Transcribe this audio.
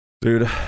Dude